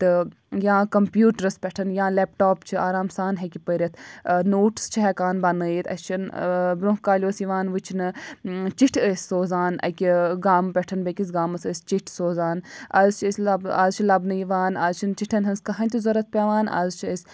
تہٕ یا کَمپیوٗٹرَس پٮ۪ٹھ یا لیپٹاپ چھِ آرام سان ہیٚکہِ پٔرِتھ نوٹٕس چھِ ہٮ۪کان بَنٲیِتھ اَسہِ چھِنہٕ برٛونٛہہ کالہِ اوس یِوان وٕچھنہٕ چِٹھِ ٲسۍ سوزان اَکہِ گامہٕ پٮ۪ٹھ بیٚکِس گامَس ٲسۍ چِٹھۍ سوزان آز چھِ أسۍ لَب آز چھِ لَبنہٕ یِوان اَز چھِنہٕ چِٹھٮ۪ن ہٕنٛز کٕہٕنۍ تہِ ضوٚرَتھ پٮ۪وان آز چھِ أسۍ